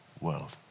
world